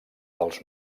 dels